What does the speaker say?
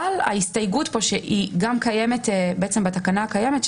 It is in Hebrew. אבל ההסתייגות פה שהיא גם קיימת בתקנה הקיימת,